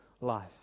life